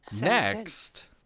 Next